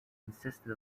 consisted